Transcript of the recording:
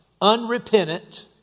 unrepentant